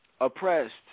oppressed